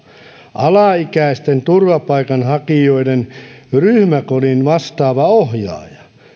alaikäisten turvapaikanhakijoiden ryhmäkodin vastaava ohjaaja